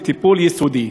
וטיפול יסודי.